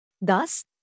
Thus